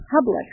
public